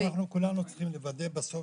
כולנו צריכים לוודא בסוף